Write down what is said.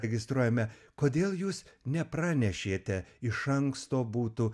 registruojame kodėl jūs nepranešėte iš anksto būtų